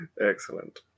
Excellent